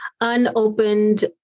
unopened